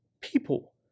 people